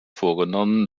vorgenommen